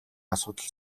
асуудал